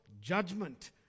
judgment